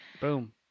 boom